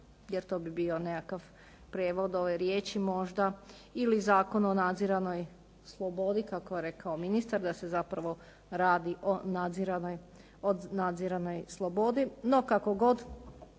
jer to bi bio nekakav prijevod ove riječi možda ili Zakon o nadziranoj slobodi kako je rekao ministar da se zapravo radi o nadziranoj slobodi.